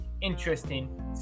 interesting